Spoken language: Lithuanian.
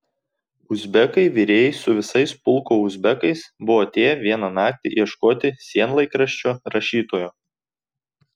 uzbekai virėjai su visais pulko uzbekais buvo atėję vieną naktį ieškoti sienlaikraščio rašytojo